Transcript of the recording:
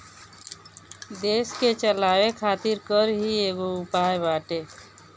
देस के चलावे खातिर कर ही एगो उपाय बाटे